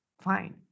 fine